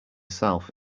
south